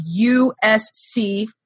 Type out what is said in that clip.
USC